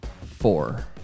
Four